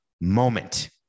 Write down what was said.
moment